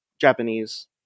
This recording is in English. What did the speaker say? Japanese